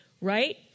right